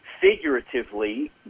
figuratively